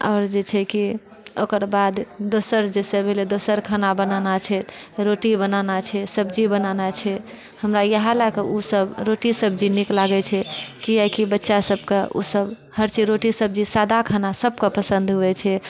आओर जे छै कि ओकर बाद दोसर जैसे भेलै दोसर खाना बनाना छै रोटी बनेनाए छै सब्जी बनेनाए छै हमरा इएह लए कऽ ओ सभ रोटी सब्जी नीक लागै छै किएकि बच्चा सभकेँ ओ सभ हर चीज रोटी सब्जी सादा खाना सभकेँ पसन्द हुए छै